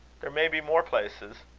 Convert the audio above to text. there may be more places.